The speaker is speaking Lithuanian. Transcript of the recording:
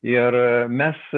ir mes